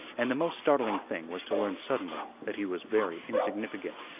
and the most startling thing was to learn suddenly that he was very insignificant.